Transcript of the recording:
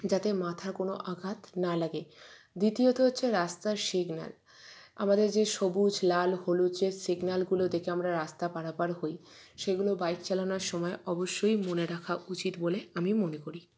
যাতে মাথার কোনও আঘাত না লাগে দ্বিতীয়ত হচ্ছে রাস্তার সিগনাল আমাদের যে সবুজ লাল হলুদ যে সিগনালগুলো দেখে আমরা রাস্তা পারাপার হই সেগুলো বাইক চালানোর সময় অবশ্যই মনে রাখা উচিত বলে আমি মনে করি